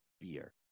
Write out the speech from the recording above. beer